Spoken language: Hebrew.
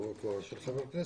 לא בכובע של חבר הכנסת,